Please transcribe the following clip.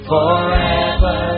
Forever